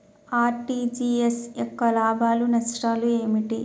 RTGS యొక్క లాభాలు నష్టాలు ఏమిటి?